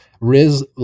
Riz